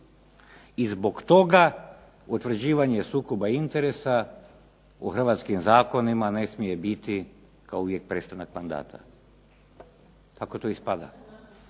I zbog toga utvrđivanje sukoba interesa u hrvatskim zakonima ne smije biti kao uvjet prestanak mandata. Tako to ispada.